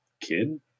kid